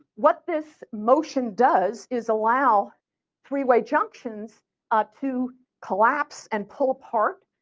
what this motion does is allow three way junctions ah to collapse and pull apart.